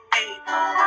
able